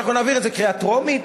אנחנו נעביר את זה קריאה טרומית,